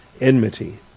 enmity